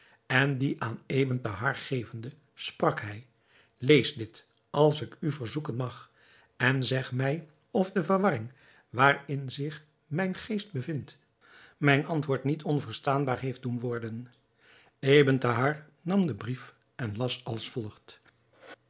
en dien aan ebn thahar gevende sprak hij lees dit als ik u verzoeken mag en zeg mij of de verwarring waarin zich mijn geest bevindt mijn antwoord niet onverstaanbaar heeft doen worden ebn thahar nam den brief en las als volgt